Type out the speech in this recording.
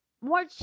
more